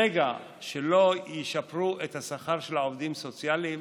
ברגע שלא ישפרו את השכר של העובדים הסוציאליים,